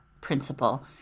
principle